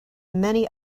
many